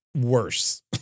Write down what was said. worse